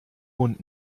mund